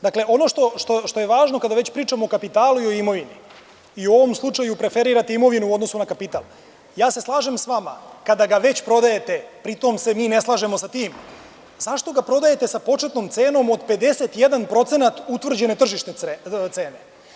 Dakle, ono što je važno, kada već pričamo o kapitalu i o imovini i u ovom slučaju preferirate imovinu u odnosu na kapital, ja se slažem sa vama, kada ga već prodajete, pri tome se mi ne slažemo sa tim, zašto ga prodajete sa početnom cenom od 51% utvrđene tržišne cene?